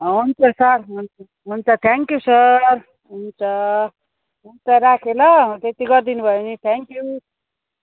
हुन्छ सर हुन्छ हुन्छ थ्याङ्क्यु सर हुन्छ हुन्छ राखेँ ल त्यति गरिदिनु भयो भने थ्याङ्क्यु